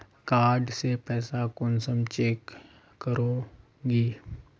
Card से पैसा कुंसम चेक करोगी?